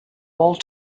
all